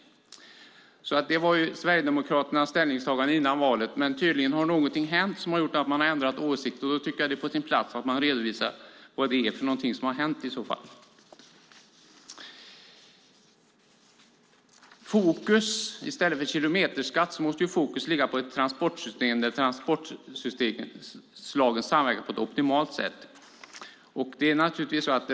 Det var Sverigedemokraternas ställningstagande före valet. Men tydligen har någonting hänt som har gjort att de har ändrat åsikt. Då tycker jag att det är på sin plats att de redovisar vad det är som har hänt. Fokus måste ligga på ett transportsystem där transportslagen samverkar på ett optimalt sätt i stället för på en kilometerskatt.